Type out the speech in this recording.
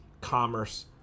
commerce